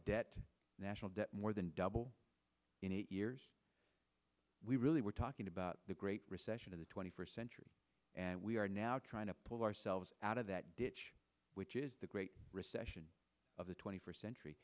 debt national debt more than double in eight years we really were talking about the great recession of the twenty first century and we are now trying to pull ourselves out of that ditch which is the great recession of the twenty first century